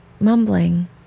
mumbling